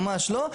ממש לא.